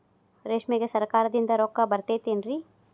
ರೇಷ್ಮೆಗೆ ಸರಕಾರದಿಂದ ರೊಕ್ಕ ಬರತೈತೇನ್ರಿ?